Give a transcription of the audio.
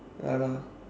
ya lah